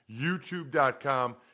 youtube.com